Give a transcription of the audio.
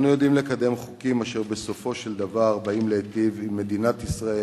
אנו יודעים לקדם חוקים אשר בסופו של דבר יודעים להיטיב עם מדינת ישראל,